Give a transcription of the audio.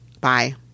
Bye